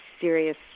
serious